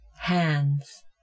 hands